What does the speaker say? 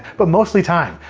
but mostly time,